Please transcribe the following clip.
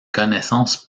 connaissance